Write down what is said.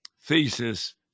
thesis